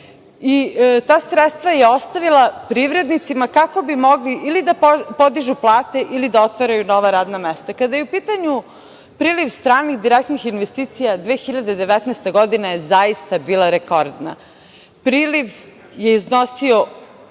i ta sredstva je ostavila privrednicima, kako bi mogli ili da podižu plate ili da otvaraju nova radna mesta. Kada je u pitanju priliv stranih direktnih investicija, 2019. godina je zaista bila rekordna.